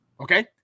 Okay